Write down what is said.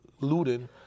looting